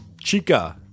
Chica